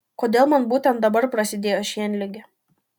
kodėl man būtent dabar prasidėjo šienligė